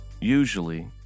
Usually